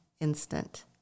instant